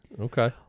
Okay